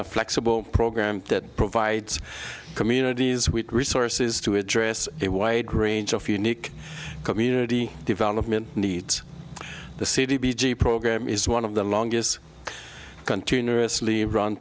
a flexible program that provides communities with resources to address a wide range of unique community development needs the city b g program is one of the longest continuously run